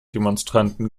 demonstranten